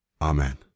Amen